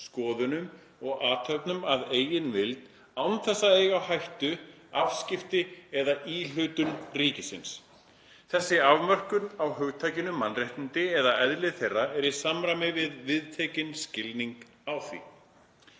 skoðunum og athöfnum að eigin vild án þess að eiga á hættu afskipti eða íhlutun ríkisins. Þessi afmörkun á hugtakinu mannréttindi eða eðli þeirra er í samræmi við viðtekinn skilning á því.